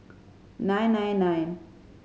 nine nine nine